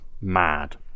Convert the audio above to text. mad